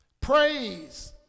Praise